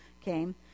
came